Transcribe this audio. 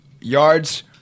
yards